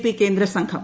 P കേന്ദ്രസംഘം